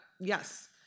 yes